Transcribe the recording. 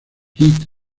hit